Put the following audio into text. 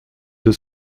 deux